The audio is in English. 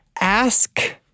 ask